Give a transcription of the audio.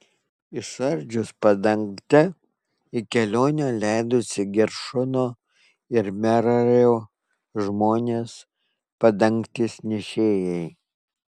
išardžius padangtę į kelionę leidosi geršono ir merario žmonės padangtės nešėjai